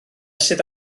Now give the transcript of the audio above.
sydd